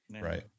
right